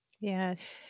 Yes